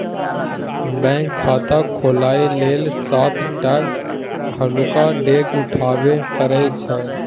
bank खाता खोलय लेल सात टा हल्लुक डेग उठाबे परय छै